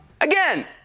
Again